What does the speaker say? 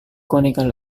conical